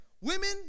Women